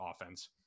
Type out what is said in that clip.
offense